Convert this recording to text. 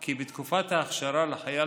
כי בתקופת האכשרה לחייל